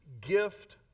gift